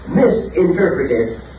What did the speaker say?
misinterpreted